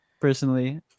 personally